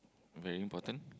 very important